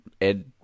Ed